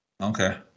Okay